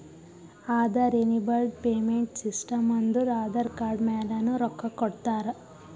Aadhaar enabled payment system ಅಂದುರ್ Aadhaar card ಮ್ಯಾಲನು ರೊಕ್ಕಾ ಕೊಡ್ತಾರ